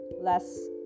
less